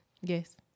Yes